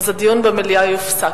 הדיון במליאה יופסק.